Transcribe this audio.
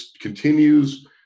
continues